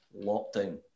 lockdown